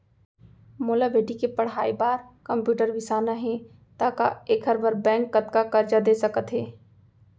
मोला बेटी के पढ़ई बार कम्प्यूटर बिसाना हे त का एखर बर बैंक कतका करजा दे सकत हे?